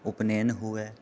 उपनेन हुए